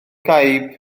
gaib